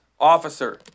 officer